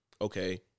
Okay